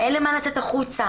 אין למה לצאת החוצה.